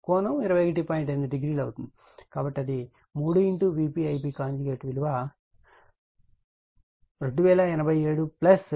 కాబట్టి ఇది 3 Vp Ip విలువ 2087 j 834